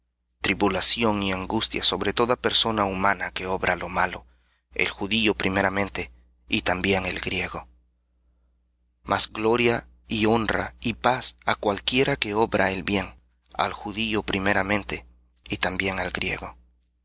tribulación y angustia sobre toda persona humana que obra lo malo el judío primeramente y también el griego mas gloria y honra y paz á cualquiera que obra el bien al judío primeramente y también al griego